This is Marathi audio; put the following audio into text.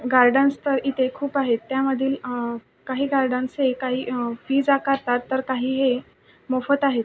गार्डन्स तर इथे खूप आहेत त्यामधील काही गार्डन्स हे काही फीज आकारतात तर काही हे मोफत आहेत